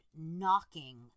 knocking